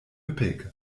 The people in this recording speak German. üppig